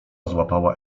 złapała